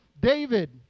David